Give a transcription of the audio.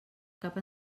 cap